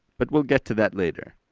but we'll get to that later.